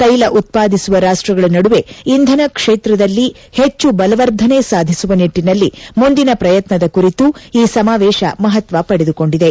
ತೈಲ ಉತ್ಪಾದಿಸುವ ರಾಷ್ಟಗಳ ನಡುವೆ ಇಂಧನ ಕ್ಷೇತ್ರದಲ್ಲಿ ಹೆಚ್ಚು ಬಲವರ್ಧನೆ ಸಾಧಿಸುವ ನಿಟ್ಟನಲ್ಲಿ ಮುಂದಿನ ಪ್ರಯತ್ನದ ಕುರಿತು ಈ ಸಮಾವೇಶ ಮಹತ್ವ ಪಡೆದುಕೊಂಡಿದೆ